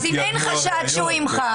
אז אם אין חשש שהוא ימחק